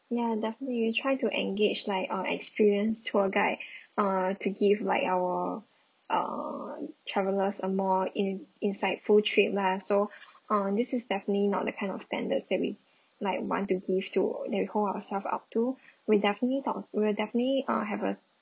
ya definitely we try to engage like uh experienced tour guide uh to give like our uh travellers a more in~ insightful trip lah so uh this is definitely not the kind of standards that we like want to give to that we hold ourself up to we definitely talk we will definitely uh have a